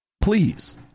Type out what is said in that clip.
Please